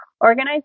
organize